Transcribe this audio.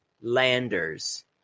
Landers